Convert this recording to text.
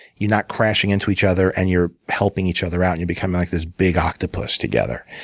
you're not crashing into each other, and you're helping each other out, and you become like this big octopus together.